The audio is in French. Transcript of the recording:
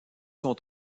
son